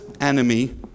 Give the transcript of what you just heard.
enemy